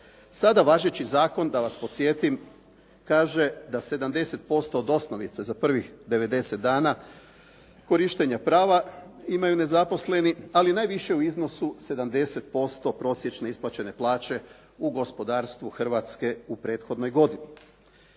Sada važeći zakon da vas podsjetim kaže da 70% od osnovice za prvih 90 dana korištenja prava imaju nezaposleni ali najviše u iznosu 70% prosječne isplaćene plaće u gospodarstvu Hrvatske u prethodnoj godini.